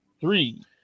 three